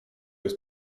jest